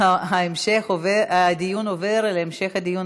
הנושא עובר להמשך דיון